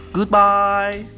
Goodbye